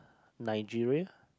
Nigeria